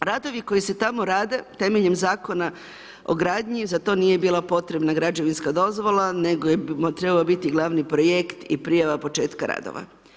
Radovi koji se tamo rade temeljem Zakona o gradnji, za to nije bila potrebna građevinska dozvola nego je trebao biti glavni projekt i prijava početka radova.